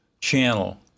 channel